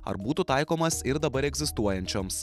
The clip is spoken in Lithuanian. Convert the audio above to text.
ar būtų taikomas ir dabar egzistuojančioms